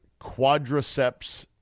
quadriceps